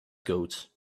codes